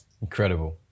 Incredible